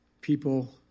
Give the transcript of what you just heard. people